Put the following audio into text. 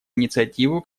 инициативу